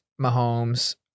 Mahomes